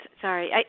Sorry